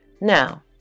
Now